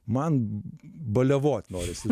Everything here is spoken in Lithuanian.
man baliavot norisi